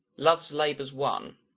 love's labour's won